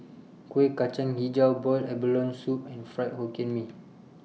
Kuih Kacang Hijau boiled abalone Soup and Fried Hokkien Mee